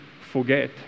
forget